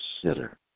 consider